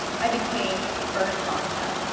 i became burnt bahkta,